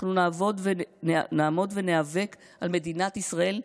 אנחנו נעמוד וניאבק על מדינת ישראל,